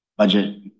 budget